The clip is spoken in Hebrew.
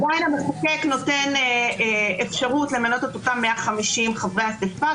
עדיין המחוקק נותן אפשרות למנות את אותם 150 חברי אספה,